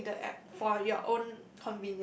press reader app for your own